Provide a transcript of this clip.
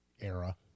era